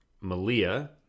Malia